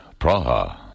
Praha